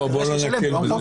בואו לא נקל בזה.